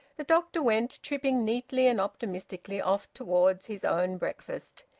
the doctor went, tripping neatly and optimistically, off towards his own breakfast.